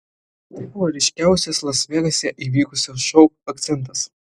tai buvo ryškiausias las vegase įvykusio šou akcentas